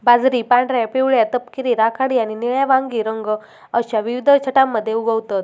बाजरी पांढऱ्या, पिवळ्या, तपकिरी, राखाडी आणि निळ्या वांगी रंग अश्या विविध छटांमध्ये उगवतत